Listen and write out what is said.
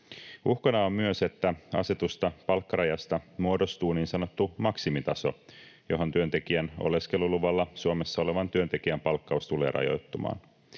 Uhkana on myös, että asetetusta palkkarajasta muodostuu niin sanottu maksimitaso, johon työntekijän oleskeluluvalla Suomessa olevan työntekijän palkkaus tulee rajoittumaan.